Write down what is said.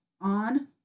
on